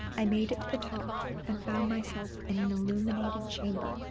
i made it to the top and found myself in an illuminated chamber